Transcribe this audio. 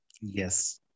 Yes